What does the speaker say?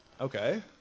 okay